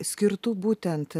skirtų būtent